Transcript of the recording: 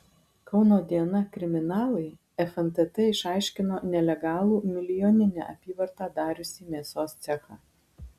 kauno diena kriminalai fntt išaiškino nelegalų milijoninę apyvartą dariusį mėsos cechą